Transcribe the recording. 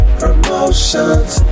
promotions